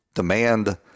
demand